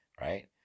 Right